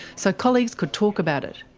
so colleagues could talk about it.